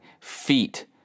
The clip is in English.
feet